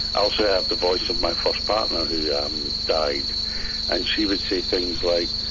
i also heard the voice of my first partner who yeah um died and she would say things like,